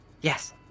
Yes